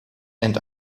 and